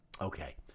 Okay